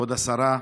כבוד השרה,